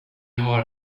har